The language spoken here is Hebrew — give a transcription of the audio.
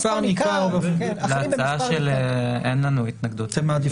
זאת הצעה שאין לנו התנגדות לה.